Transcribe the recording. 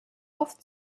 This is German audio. oft